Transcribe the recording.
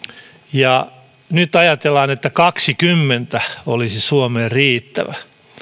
ja nyt ajatellaan että kaksikymmentä olisi suomeen riittävä